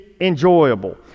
enjoyable